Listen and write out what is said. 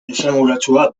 esanguratsua